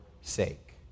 sake